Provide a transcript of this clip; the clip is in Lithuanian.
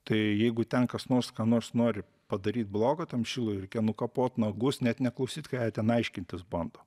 tai jeigu ten kas nors ką nors nori padaryt blogo tam šilui reikia nukapot nagus net neklausyt ką jie ten aiškintis bando